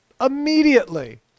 Immediately